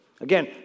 Again